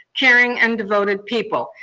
caring and devoted people.